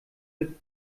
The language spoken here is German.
mit